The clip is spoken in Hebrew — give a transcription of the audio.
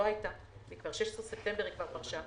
ב-16 בספטמבר היא כבר פרשה.